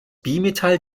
bimetall